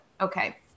Okay